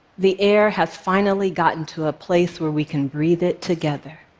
the air has finally gotten to a place where we can breathe it together.